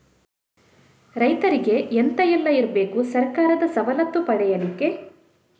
ರೈತರಿಗೆ ಎಂತ ಎಲ್ಲ ಇರ್ಬೇಕು ಸರ್ಕಾರದ ಸವಲತ್ತು ಪಡೆಯಲಿಕ್ಕೆ?